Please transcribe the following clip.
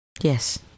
Yes